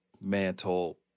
mantle